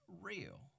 real